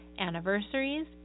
anniversaries